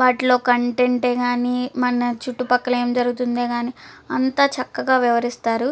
వాటిలో కంటెంట్ కానీ మన చుట్టుపక్కల ఏం జరుగుతుందో కానీ అంతా చక్కగా వివరిస్తారు